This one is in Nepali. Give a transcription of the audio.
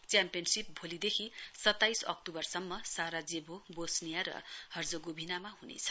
च्याम्पियनशीप भोलिदेखि सत्ताइस अक्तूवरसम्म साराजेभो बोसनिया र हर्जगोभिनामा ह्नेछ